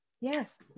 Yes